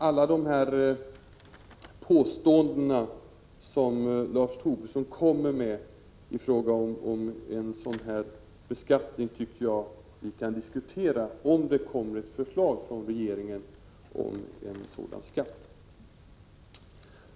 Alla de påståenden som Lars Tobisson kommer med i fråga om en sådan här beskattning kan vi diskutera, om det kommer ett förslag från regeringen om en sådan skatt.